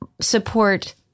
support